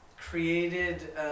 created